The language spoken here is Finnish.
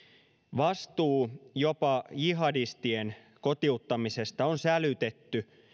vastuu jopa jihadistien kotiuttamisesta on sälytetty